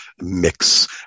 mix